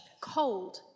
cold